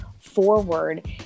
forward